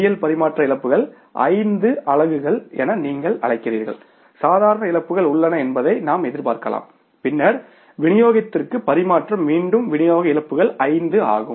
L பரிமாற்ற இழப்புகள் 5 அலகுகள் என நீங்கள் அழைக்கிறீர்கள் சாதாரண இழப்புகள் உள்ளன என்பதை நாம் எதிர்பார்க்கலாம் பின்னர் விநியோகத்திற்கு பரிமாற்றம் மீண்டும் விநியோக இழப்புகள் 5 ஆகும்